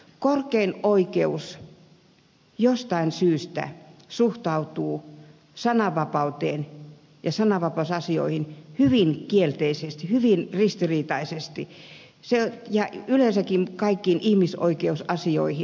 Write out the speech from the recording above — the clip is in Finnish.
korkein oikeus jostain syystä suhtautuu sananvapauteen ja sananvapausasioihin hyvin kielteisesti hyvin ristiriitaisesti ja yleensäkin kaikkiin ihmisoikeusasioihin